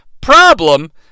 Problem